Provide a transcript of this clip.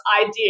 idea